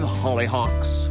hollyhocks